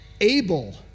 able